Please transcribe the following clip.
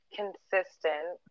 consistent